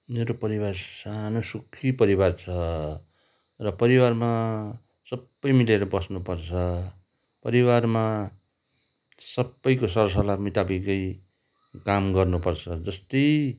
मेरो परिवार सानो सुखी परिवार छ र परिवारमा सबै मिलेर बस्नुपर्छ परिवारमा सबैको सरसल्लाह मुताबिकै काम गर्नुपर्छ जस्तै